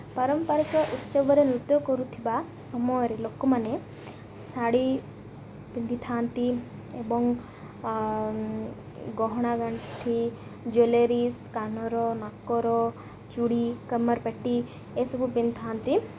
ପାରମ୍ପାରିକ ଉତ୍ସବରେ ନୃତ୍ୟ କରୁଥିବା ସମୟରେ ଲୋକମାନେ ଶାଢ଼ୀ ପିନ୍ଧିଥାନ୍ତି ଏବଂ ଗହଣା ଗାଣ୍ଠି ଜୁଏଲେରିସ୍ କାନର ନାକର ଚୁଡ଼ି କମର୍ ପେଟି ଏସବୁ ପିନ୍ଧିଥାନ୍ତି